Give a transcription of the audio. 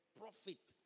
profit